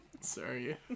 Sorry